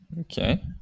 Okay